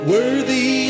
Worthy